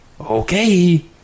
Okay